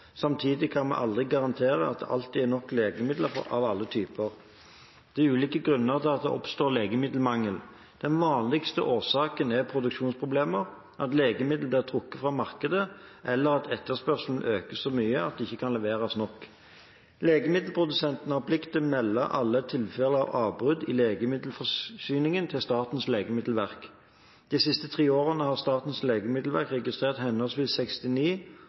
Samtidig kan vi aldri garantere at det alltid er nok legemidler av alle typer. Det er ulike grunner til at det oppstår legemiddelmangel. De vanligste årsakene er produksjonsproblemer, at legemiddelet blir trukket fra markedet, eller at etterspørselen øker så mye at det ikke kan leveres nok. Legemiddelprodusentene har plikt til å melde alle tilfeller av avbrudd i legemiddelforsyningen til Statens legemiddelverk. De siste tre årene har Statens legemiddelverk registrert henholdsvis 69,